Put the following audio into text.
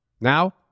Now